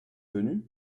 venus